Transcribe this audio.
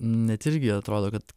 net irgi atrodo kad